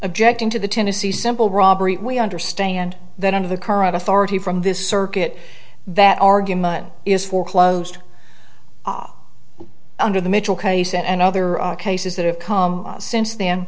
objecting to the tennessee simple robbery we understand that under the current authority from this circuit that argument is foreclosed under the mitchell case and other cases that have come since then